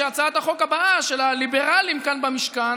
שהצעת החוק הבאה של הליברלים כאן במשכן